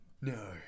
No